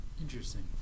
Interesting